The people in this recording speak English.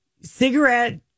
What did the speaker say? cigarette